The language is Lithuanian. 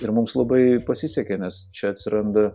ir mums labai pasisekė nes čia atsiranda